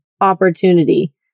opportunity